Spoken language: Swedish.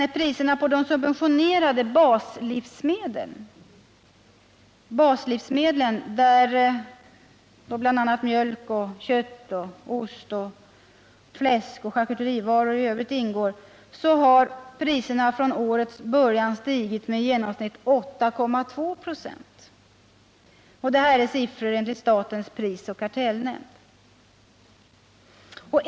Men priserna på de subventionerade baslivsmedlen, där mjölk, ost, kött och fläsk och charkuterivaror i övrigt ingår, har från årets början stigit med i genomsnitt 8,2 26. Det här är siffror från statens prisoch kartellnämnd.